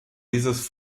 dieses